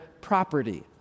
property